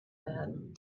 werden